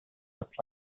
looked